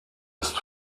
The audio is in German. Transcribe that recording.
ist